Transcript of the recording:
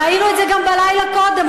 ראינו את זה גם בלילה הקודם,